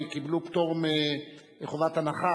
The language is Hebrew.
קיבלו פטור מחובת הנחה,